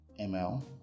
ml